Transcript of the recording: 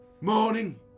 Morning